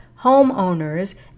homeowners